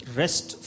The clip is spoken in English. rest